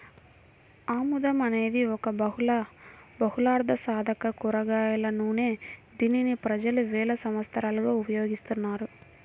ఆముదం అనేది ఒక బహుళార్ధసాధక కూరగాయల నూనె, దీనిని ప్రజలు వేల సంవత్సరాలుగా ఉపయోగిస్తున్నారు